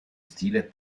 stile